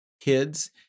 kids